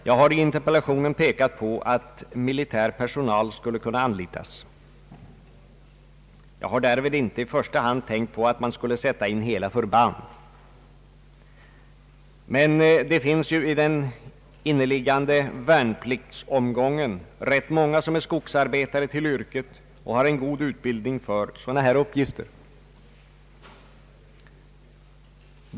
Jag har i interpellationen pekat på att militär personal skulle kunna anlitas. Därvid har jag inte i första hand tänkt på att man skulle sätta in hela förband. Men det finns ju i den inneliggande värnpliktsomgången rätt många som är skogsarbetare till yrket och har god utbildning för sådana här uppgifter.